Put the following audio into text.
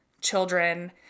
children